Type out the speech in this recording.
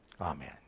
amen